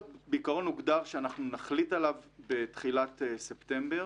בעיקרון הוגדר שאנחנו נחליט על הפיילוט בתחילת ספטמבר,